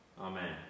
Amen